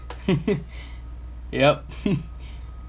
yup